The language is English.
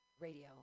radio